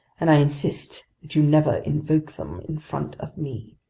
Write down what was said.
and i insist that you never invoke them in front of me!